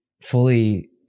fully